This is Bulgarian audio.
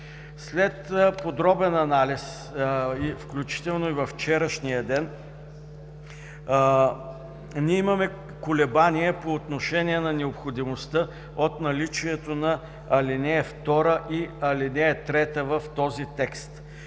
След подробен анализ, включително и във вчерашния ден, ние имаме колебания по отношение на необходимостта от наличието на алинеи 2 и 3 в този текст.